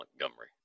Montgomery